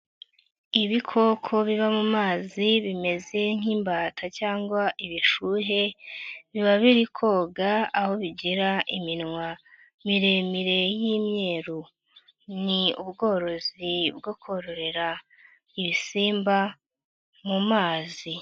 Ibikoko biba mu mazi bimeze nk'imbata cyangwa ibishuhe, biba biri koga, aho bigera iminwa miremire y' imyeru. Ni ubworozi bwo kororera, ibisimba mu mazi.